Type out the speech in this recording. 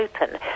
open